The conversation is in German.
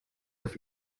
auf